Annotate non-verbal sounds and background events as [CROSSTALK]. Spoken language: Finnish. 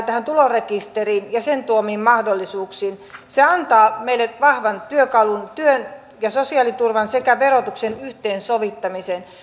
[UNINTELLIGIBLE] tähän tulorekisteriin ja sen tuomiin mahdollisuuksiin se antaa meille vahvan työkalun työn ja sosiaaliturvan sekä verotuksen yhteensovittamiseen